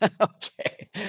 Okay